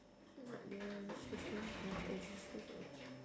what do you want to still have existed fro~